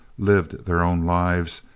lived their own lives,